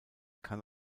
kann